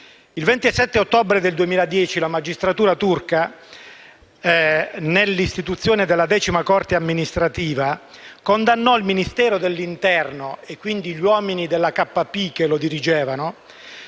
Il 27 ottobre del 2010 la magistratura turca, nell'istituzione della decima Corte amministrativa, condannò il Ministero dell'interno - e quindi gli uomini del KP che lo dirigevano